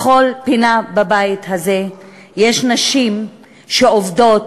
בכל פינה בבית הזה יש נשים שעובדות.